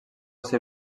ser